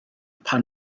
pan